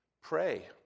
Pray